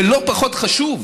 ולא פחות חשוב,